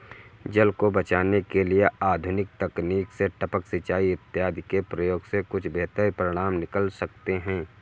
जल को बचाने के लिए आधुनिक तकनीक से टपक सिंचाई इत्यादि के प्रयोग से कुछ बेहतर परिणाम निकल सकते हैं